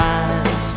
eyes